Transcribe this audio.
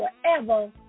forever